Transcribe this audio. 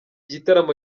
gitaramo